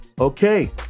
Okay